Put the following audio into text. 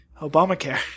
Obamacare